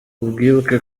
mwibuke